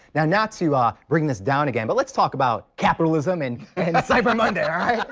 yeah not to um bring us down again, but let's talk about capitalism and cyber monday